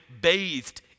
bathed